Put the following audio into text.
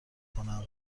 کنم